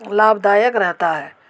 लाभदायक रहता है